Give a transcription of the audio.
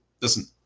listen